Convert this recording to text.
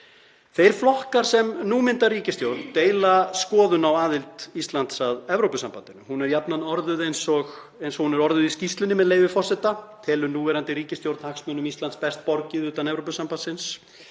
Þeir flokkar sem nú mynda ríkisstjórn deila skoðun á aðild Íslands að Evrópusambandinu. Hún er jafnan orðuð eins og hún er orðuð í skýrslunni, með leyfi forseta: „Telur núverandi ríkisstjórn hagsmunum Íslands best borgið utan Evrópusambandsins“,